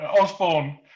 Osborne